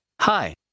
Hi